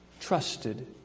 trusted